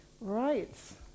Right